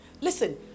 listen